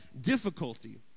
difficulty